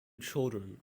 children